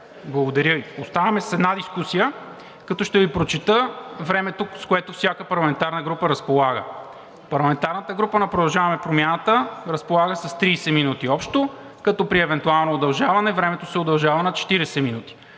Благодаря Ви. Оставаме с една дискусия, като ще Ви прочета времето, с което всяка парламентарна група разполага. Парламентарната група на „Продължаваме Промяната“ разполага с 30 минути общо, като при евентуално удължаване времето се удължава на 40 минути.